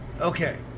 Okay